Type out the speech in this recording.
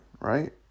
Right